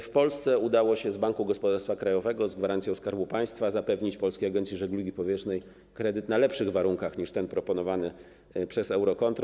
W Polsce udało się z Banku Gospodarstwa Krajowego z gwarancją Skarbu Państwa zapewnić Polskiej Agencji Żeglugi Powietrznej kredyt na lepszych warunkach niż ten proponowany przez Eurocontrol.